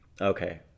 Okay